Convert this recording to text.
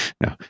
no